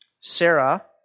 Sarah